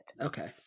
Okay